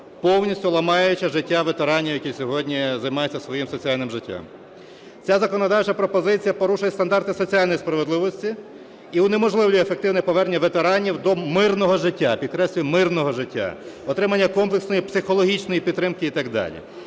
повністю ламаючи життя ветеранів, які сьогодні займаються своїм соціальним життям. Ця законодавча пропозиція порушує стандарти соціальної справедливості і унеможливлює ефективне повернення ветеранів до мирного життя, підкреслюю, мирного життя, отримання комплексної психологічної підтримки і так далі.